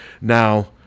Now